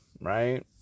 right